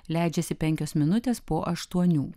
leidžiasi penkios minutės po aštuonių